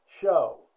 show